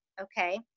Okay